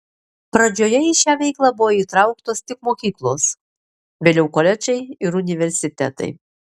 pradžioje į šią veiklą buvo įtrauktos tik mokyklos vėliau koledžai ir universitetai